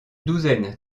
douzaine